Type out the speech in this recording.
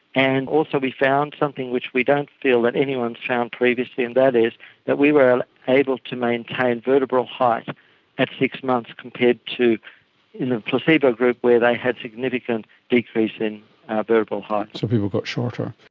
and also we found something which we don't feel that anyone found previously and that is that we were able to maintain and kind of vertebral height at six months compared to in the placebo group where they had significant decrease in vertebral height. so people got shorter.